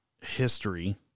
history